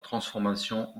transformation